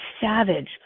savage